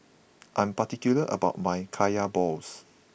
I'm particular about my Kaya Balls